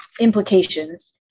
implications